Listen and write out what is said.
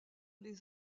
les